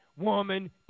woman